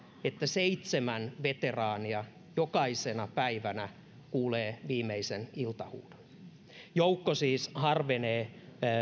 että seitsemän veteraania jokaisena päivänä kuulee viimeisen iltahuudon joukko siis harvenee